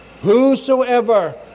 Whosoever